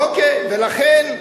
אוקיי, ולכן,